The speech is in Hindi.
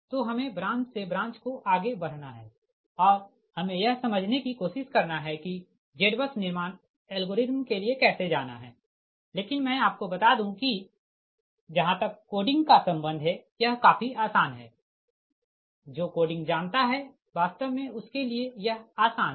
तो हमे ब्रांच से ब्रांच को आगे बढ़ना है और हमे यह समझने की कोशिश करना है कि ZBUS निर्माण एल्गोरिदम के लिए कैसे जाना है लेकिन मैं आपको बता दूँ कि जहाँ तक कोडिंग का संबंध है यह काफी आसान है जो कोडिंग जानता है वास्तव मे उसके लिए यह आसान है